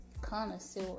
Connoisseur